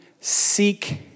seek